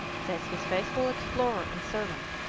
says his faithful explorer and servant,